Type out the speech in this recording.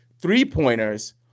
three-pointers